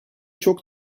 çok